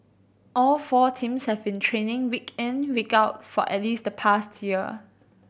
all four teams have been training week in week out for at least the past year